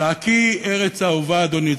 זעקי ארץ אהובה, אדוני.